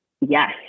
Yes